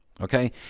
Okay